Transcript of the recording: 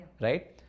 right